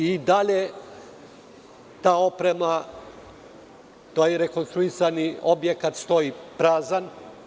I dalje ta oprema i taj rekonstruisani objekat stoji prazan.